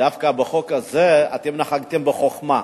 דווקא בחוק הזה אתם נהגתם בחוכמה.